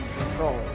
control